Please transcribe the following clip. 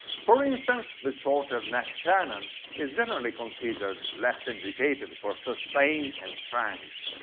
for instance the shorter neck tenon um is generally considered less indicated for sustain and strength.